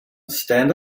stand